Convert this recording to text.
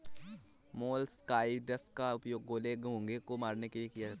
molluscicides का उपयोग गोले, घोंघे को मारने के लिए किया जाता है